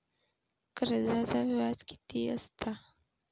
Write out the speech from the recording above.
कर्जाचा व्याज कीती असता?